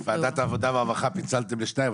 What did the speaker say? ועדת העבודה והרווחה פיצלתם לשניים,